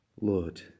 Lord